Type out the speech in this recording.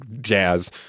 jazz